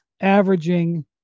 averaging